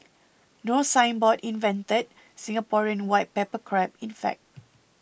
No Signboard invented Singaporean white pepper crab in fact